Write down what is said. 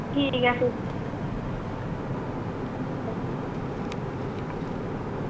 ठीक ऐ फ्ही ओके